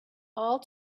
all